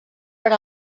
per